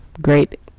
great